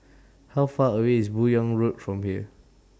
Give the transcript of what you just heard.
How Far away IS Buyong Road from here